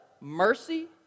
mercy